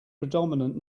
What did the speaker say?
predominant